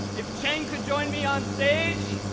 if cheng could join me on stage.